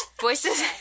Voices